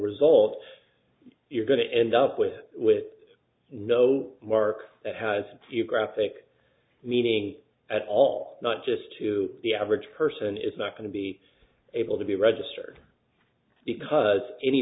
result you're going to end up with with no mark that has a graphic meaning at all not just to the average person it's not going to be able to be registered because any